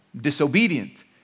disobedient